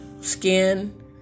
skin